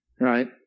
right